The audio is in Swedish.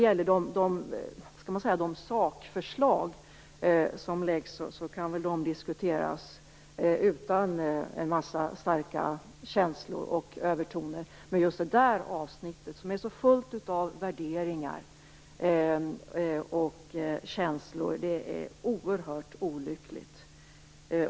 De sakförslag som läggs fram kan väl diskuteras utan en massa starka känslor och övertoner, men just det avsnittet, som är så fullt av värderingar och känslor, är oerhört olyckligt.